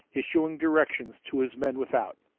issuing directions to his men without.